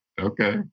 Okay